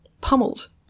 pummeled